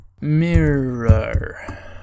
MIRROR